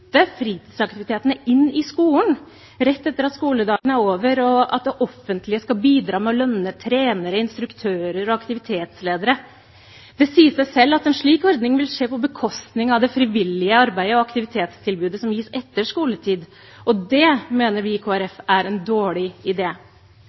fritidsaktivitetene inn i skolen rett etter at skoledagen er over, og at det offentlige skal bidra med å lønne trenere, instruktører og aktivitetsledere. Det sier seg selv at en slik ordning vil skje på bekostning av det frivillige arbeidet og aktivitetstilbudet som gis etter skoletid. Det mener vi i